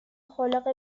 خالق